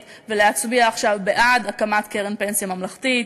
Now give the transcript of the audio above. ולהצביע עכשיו בעד הקמת קרן פנסיה ממלכתית.